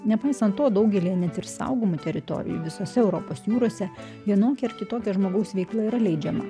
nepaisant to daugelyje net ir saugomų teritorijų visose europos jūrose vienokia ar kitokia žmogaus veikla yra leidžiama